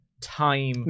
time